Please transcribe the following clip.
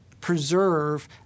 preserve